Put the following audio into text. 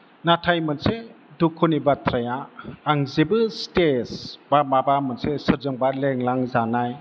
नाथाय मोनसे दुखुनि बाथ्राया आं जेबो स्टेज बा माबा मोनसे सोरजोंबा लेंलांजानाय